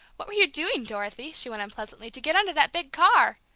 what were you doing, dorothy, she went on pleasantly, to get under that big car?